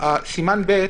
בסימן ב',